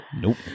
Nope